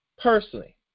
personally